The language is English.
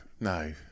no